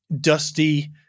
dusty